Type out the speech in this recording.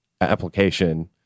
application